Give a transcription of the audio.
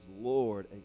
Lord